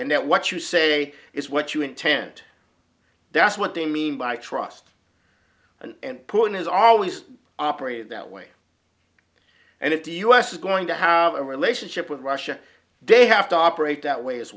and that what you say is what you intend that's what they mean by trust and putin has always operated that way and if the u s is going to have a relationship with russia they have to operate that way as